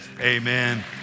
amen